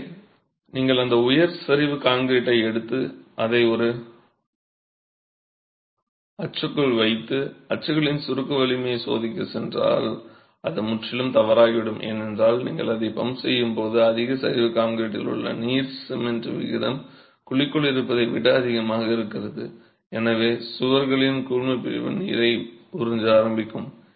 எனவே நீங்கள் அந்த உயர் சரிவு கான்கிரீட்டை எடுத்து அதை ஒரு அச்சுக்குள் வைத்து அச்சுகளின் சுருக்க வலிமையை சோதிக்கச் சென்றால் அது முற்றிலும் தவறாகிவிடும் ஏனென்றால் நீங்கள் அதை பம்ப் செய்யும் போது அதிக சரிவு கான்கிரீட்டில் உள்ள நீர் சிமெண்ட் விகிதம் குழிக்குள் இருப்பதை விட மிக அதிகமாக உள்ளது ஏனென்றால் சுவர்களின் கூழ்மப்பிரிப்பு நீரை உறிஞ்ச ஆரம்பிக்கும்